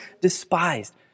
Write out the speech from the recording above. despised